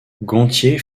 gontier